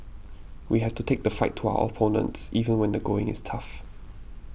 we have to take the fight to our opponents even when the going is tough